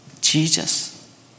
Jesus